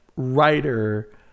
Writer